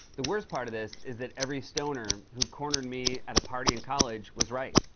the worst part of this is that every stoner who cornered me at a party in college was right.